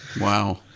Wow